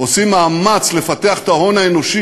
עושים מאמץ לפתח את ההון האנושי,